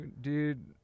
Dude